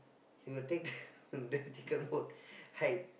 he will take the chicken bone hide